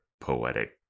poetic